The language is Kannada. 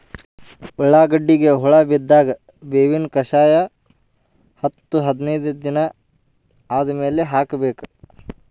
ಉಳ್ಳಾಗಡ್ಡಿಗೆ ಹುಳ ಬಿದ್ದಾಗ ಬೇವಿನ ಕಷಾಯ ಹತ್ತು ಹದಿನೈದ ದಿನ ಆದಮೇಲೆ ಹಾಕಬೇಕ?